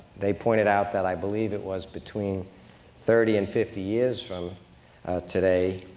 they pointed out that, i believe it was between thirty and fifty years from today,